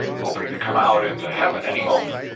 hoping to come out into heaven any moment,